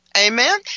Amen